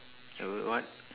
uh wait what